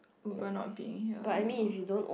Uber not being here anymore